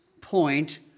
point